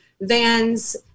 vans